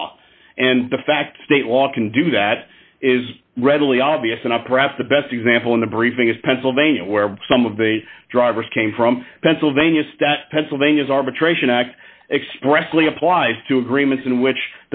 law and the facts state law can do that is readily obvious and i perhaps the best example in the briefing is pennsylvania where some of the drivers came from pennsylvania stat pennsylvania's arbitration act expressly applies to agreements in which